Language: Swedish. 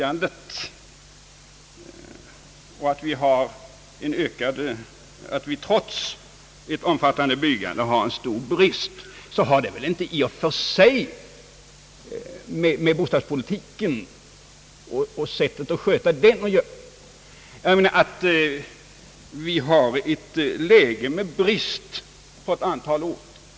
Att vi trots ett omfattande byggande har en stor brist är något som i och för sig inte har med bostadspolitiken och sättet att sköta den att göra. Vi befinner oss i ett läge där det råder brist på ett antal orter.